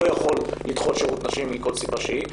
לא יכול לדחות שירות נשים מכל סיבה שהיא,